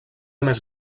més